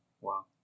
Wow